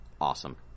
awesome